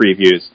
previews